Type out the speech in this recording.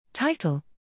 Title